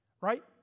right